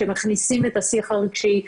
שמכניסים את השיח הרגשי,